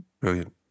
Brilliant